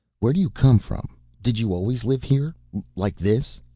where do you come from? did you always live here like this?